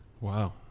Wow